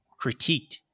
critiqued